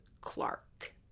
Clark